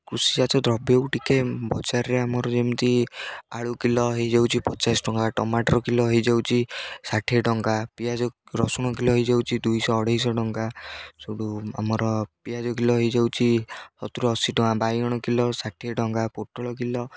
କୃଷି ଜାତୀୟ ଦ୍ରବ୍ୟକୁ ଟିକିଏ ବଜାରରେ ଆମର ଯେମିତି ଆଳୁ କିଲୋ ହୋଇଯାଉଛି ପଚାଶ ଟଙ୍କା ଟମାଟର୍ କିଲୋ ହୋଇଯାଉଛି ଷାଠିଏ ଟଙ୍କା ପିଆଜ ରସୁଣ କିଲ ହେଇଯାଉଛି ଦୁଇଶହ ଅଢ଼େଇଶ ଟଙ୍କା ସେଇଠୁ ଆମର ପିଆଜ କିଲୋ ହୋଇଯାଉଛି ସତୁୁର ଅଶୀ ଟଙ୍କା ବାଇଗଣ କିଲୋ ଷାଠିଏ ଟଙ୍କା ପୋଟଳ କିଲୋ